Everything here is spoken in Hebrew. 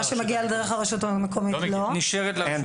מה שמגיע דרך הרשות המקומית לא מגיע.